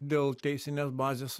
dėl teisinės bazės